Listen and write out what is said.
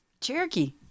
Cherokee